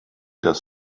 das